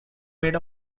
made